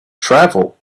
travel